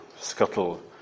scuttle